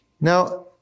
Now